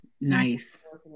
nice